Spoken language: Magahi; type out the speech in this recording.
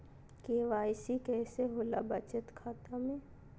के.वाई.सी कैसे होला बचत खाता में?